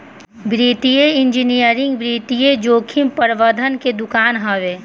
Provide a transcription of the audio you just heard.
वित्तीय इंजीनियरिंग वित्तीय जोखिम प्रबंधन के दुनिया हवे